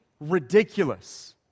ridiculous